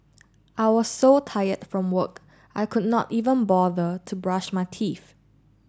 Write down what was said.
I was so tired from work I could not even bother to brush my teeth